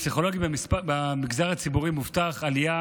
לפסיכולוגים במגזר הציבורי מובטחת עלייה